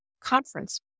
conference